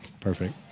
Perfect